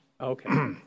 Okay